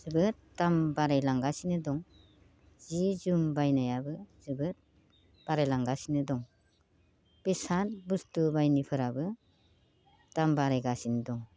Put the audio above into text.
जोबोद दाम बारायलांगासिनो दं सि जोम बायनायाबो जोबोद बारायलांगासिनो दं बेसाद बुस्तु बायनायफोराबो दाम बारायगासिनो दं